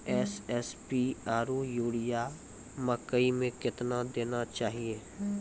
SSP आरु urea मकई मे कितना देना चाहिए?